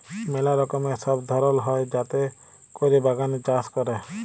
ম্যালা রকমের সব ধরল হ্যয় যাতে ক্যরে বাগানে চাষ ক্যরে